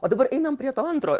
o dabar einam prie to antro